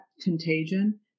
contagion